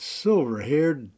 silver-haired